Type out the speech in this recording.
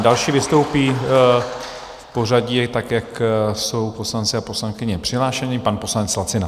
Další vystoupí v pořadí, tak jak jsou poslanci a poslankyně přihlášeni, pan poslanec Lacina.